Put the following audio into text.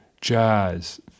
jazz